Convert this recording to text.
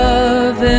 Love